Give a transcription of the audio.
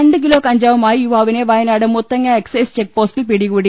രണ്ട് കിലോ കഞ്ചാവുമായി യുവാവിനെ വയനാട് മുത്തങ്ങ എക്സൈസ് ചെക്ക് പോസ്റ്റിൽ പിടികൂടി